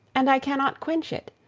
and i cannot quench it.